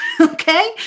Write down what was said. okay